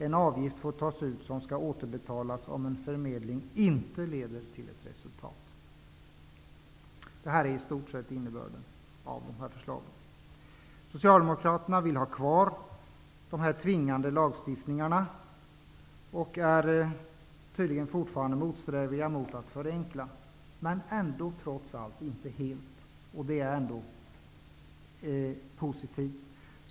En avgift får tas ut, som skall återbetalas om en förmedling inte leder till resultat. Socialdemokraterna vill ha kvar den tvingande lagstiftningen och är tydligen fortfarande motsträviga när det gäller att förenkla. Men det gäller ändock inte helt, och det är positivt.